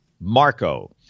Marco